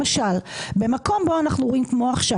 למשל במקום בו אנחנו רואים כמו עכשיו